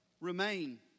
remain